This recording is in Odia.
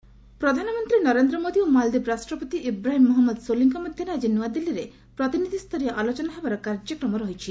ମାଲ୍ଦୀପ୍ ପ୍ରେଜ୍ ପ୍ରଧାନମନ୍ତ୍ରୀ ନରେନ୍ଦ୍ର ମୋଦି ଓ ମାଳଦୀପ ରାଷ୍ଟ୍ରପତି ଇବ୍ରାହିମ୍ ମହମ୍ମଦ ସୋଲିଙ୍କ ମଧ୍ୟରେ ଆକି ନ୍ତଆଦିଲ୍କୀରେ ପ୍ରତିନିଧିସ୍ତରୀୟ ଆଲୋଚନା ହେବାର କାର୍ଯ୍ୟକ୍ରମ ରହିଛି